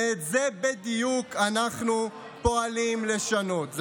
ואנחנו פועלים כדי לשנות בדיוק את זה.